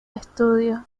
estudio